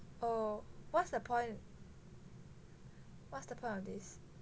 oh what's the point what's the point of this